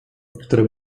które